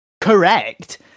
correct